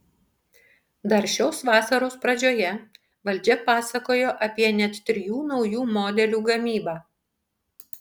dar šios vasaros pradžioje valdžia pasakojo apie net trijų naujų modelių gamybą